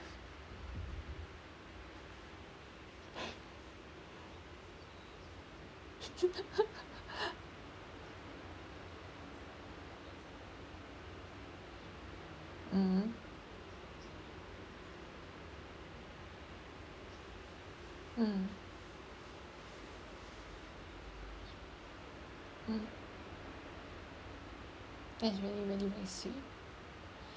mm mm mm that's really really nice